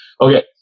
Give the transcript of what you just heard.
Okay